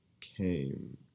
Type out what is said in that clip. came